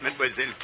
Mademoiselle